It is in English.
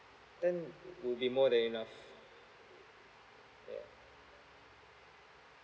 then would be more than enough yeah